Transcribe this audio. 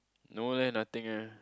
no leh nothing leh